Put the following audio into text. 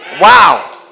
Wow